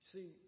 See